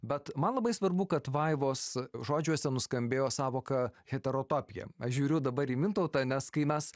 bet man labai svarbu kad vaivos žodžiuose nuskambėjo sąvoka heterotopija aš žiūriu dabar į mintautą nes kai mes